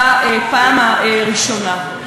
בפעם הראשונה.